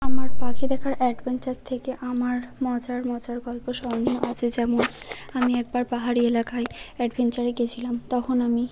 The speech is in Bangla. আমার পাখি দেখার অ্যাডভেঞ্চার থেকে আমার মজার মজার গল্প স্মরণীয় আছে যেমন আমি একবার পাহাড়ি এলাকায় অ্যাডভেঞ্চারে গেছিলাম তখন আমি